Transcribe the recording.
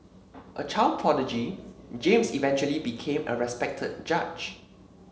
a child prodigy James eventually became a respected judge